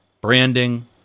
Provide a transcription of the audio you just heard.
branding